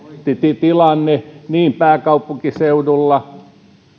tilanne niin pääkaupunkiseudulla